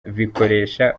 bikoresha